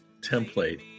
template